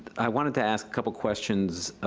i wanted to ask a couple questions